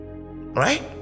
Right